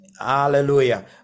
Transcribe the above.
Hallelujah